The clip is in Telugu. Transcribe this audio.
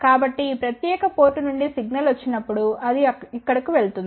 కాబట్టి ఈ ప్రత్యేకమైన పోర్ట్ నుండి సిగ్నల్ వచ్చినప్పుడు అది ఇక్కడకు వెళుతుంది